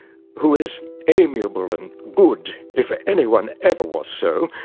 who is amiable and good if anyone ever was so,